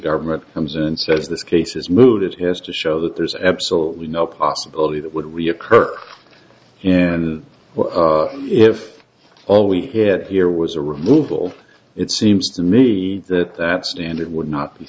government comes in and says this case is moot it has to show that there's absolutely no possibility that would reoccur and if all we had here was a removal it seems to me that that standard would not be